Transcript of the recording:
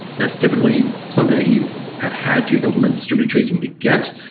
that's typically something that you have had to implement distributed tracing to get,